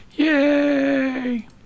Yay